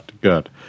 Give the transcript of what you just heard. good